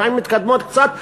לפעמים מתקדמות קצת,